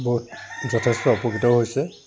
বহুত যথেষ্ট উপকৃতও হৈছে